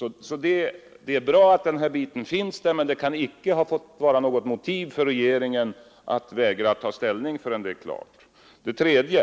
Jag menar alltså att det är bra att den biten finns där, men det kan inte ha varit något motiv för regeringen att vägra att ta ställning förrän avtalsrörelsen var klar. Vidare: Trenden i